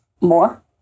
more